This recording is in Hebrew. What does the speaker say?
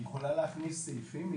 היא יכולה להכניס סעיפים,